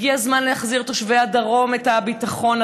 הגיע זמן להחזיר לתושבי הדרום את הביטחון.